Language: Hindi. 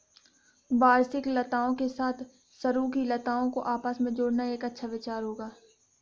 वार्षिक लताओं के साथ सरू की लताओं को आपस में जोड़ना एक अच्छा विचार होगा